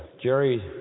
Jerry